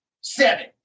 Seven